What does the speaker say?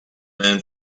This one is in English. man